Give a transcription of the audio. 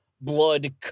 Blood